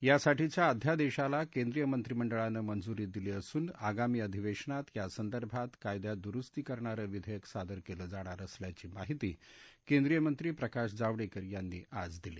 यासाठीचा अध्यादधाला केंद्रीय मंत्रीमंडळानश्चिज्री दिली असून आगामी अधिवश्चात यासंदर्भात कायद्यात दुरुस्ती करणार विधाक सादर क्लिज्ञाणार असल्याची माहिती केंद्रीय मंत्री प्रकाश जावडक्लि यांनी आज दिली